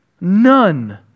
None